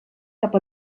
cap